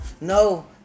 No